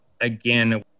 again